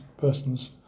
persons